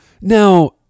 Now